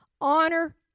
honor